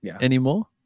anymore